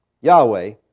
Yahweh